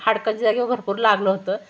हाडकाचे जागेवर भरपूर लागलं होतं